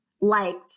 liked